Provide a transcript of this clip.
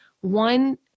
one